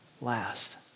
Last